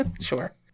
Sure